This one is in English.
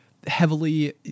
heavily